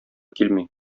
килми